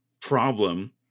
problem